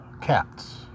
cats